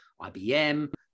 IBM